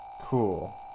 Cool